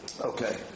okay